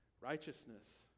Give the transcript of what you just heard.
righteousness